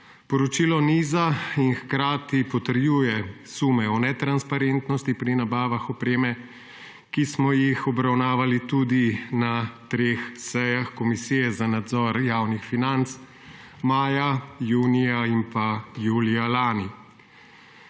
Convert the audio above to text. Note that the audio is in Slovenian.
Poročilo niza in hkrati potrjuje sume o netransparentnosti pri nabavah opreme, ki smo jih obravnavali tudi na treh sejah Komisije za nadzor javnih financ, maja, junija in pa julija lani.